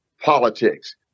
politics